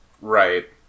right